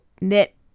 knit